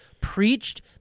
preached